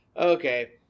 okay